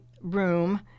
room